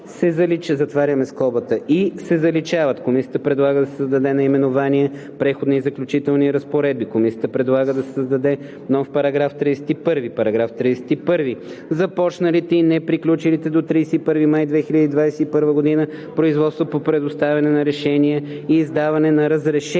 ал. 1, т. 19) и“ се заличават. Комисията предлага да се създаде наименование „Преходни и заключителни разпоредби“. Комисията предлага да се създаде нов § 31: „§ 31. Започналите и неприключили до 31 май 2021 г. производства по предоставяне на решения и издаване на разрешения